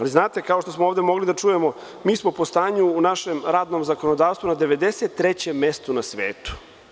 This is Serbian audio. Vi znate, kao što smo ovde mogli da čujemo, mi smo po stanju u našem radnom zakonodavstvu na 93. mestu na svetu.